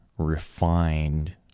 refined